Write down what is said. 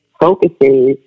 focuses